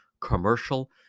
commercial